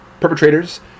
Perpetrators